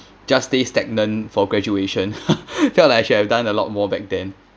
just stay stagnant for graduation felt like you have to done a lot more back then